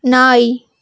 நாய்